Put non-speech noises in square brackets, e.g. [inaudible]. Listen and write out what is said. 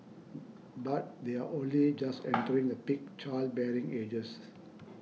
but they are only just [noise] entering the peak childbearing ages